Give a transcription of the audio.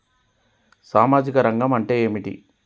సామాజిక రంగం అంటే ఏమిటి?